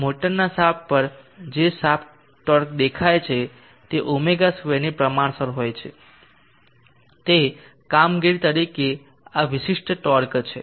મોટરના શાફ્ટ પર જે શાફ્ટ ટોર્ક દેખાય છે તે ω2 ની પ્રમાણસર હોય છે તે કામગીરી તરીકે આ વિશિષ્ટ ટોર્ક છે